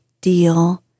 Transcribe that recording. deal